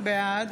בעד